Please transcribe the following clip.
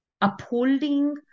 upholding